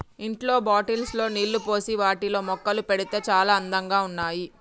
ఇంట్లో బాటిల్స్ లో నీళ్లు పోసి వాటిలో మొక్కలు పెడితే చాల అందంగా ఉన్నాయి